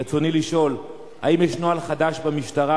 רצוני לשאול: 1. האם יש נוהל חדש במשטרה